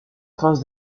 traces